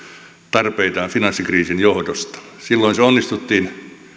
tarpeita finanssikriisin johdosta silloin se onnistuttiin